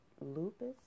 lupus